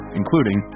including